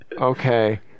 okay